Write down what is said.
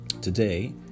Today